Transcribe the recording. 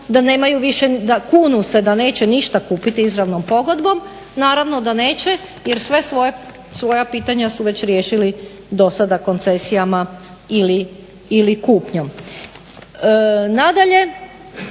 da nemaju više, kunu se da neće ništa kupiti izravnom pogodbom, naravno da neće jer sva svoja pitanja su već riješili do sada koncesijama ili kupnjom.